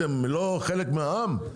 אתם לא חלק מהעם,